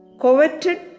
Coveted